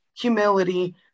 humility